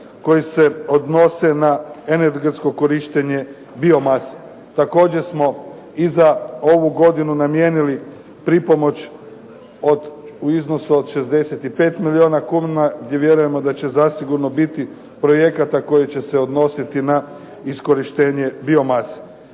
koji se odnose na energetsko korištenje biomase. Također smo i za ovu godinu namijenili pripomoć u iznosu od 65 milijuna kuna, gdje vjerujemo da će zasigurno biti projekata koji će se odnositi na iskorištenje biomase.